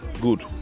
good